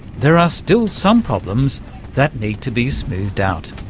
there are still some problems that need to be smoothed out.